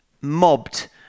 mobbed